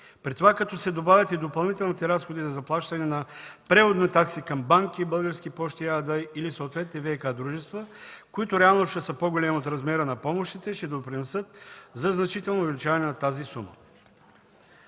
лв. Като се добавят и допълнителните разходи за заплащане на преводни такси към банки и „Български пощи” АД или съответните ВиК дружества, които реално ще са по-големи от размера на помощите, това ще допринесе за значително увеличаване на тази сума.